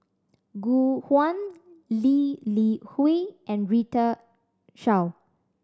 Gu Juan Lee Li Hui and Rita Chao